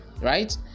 right